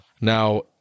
Now